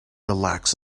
relax